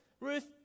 Ruth